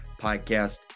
podcast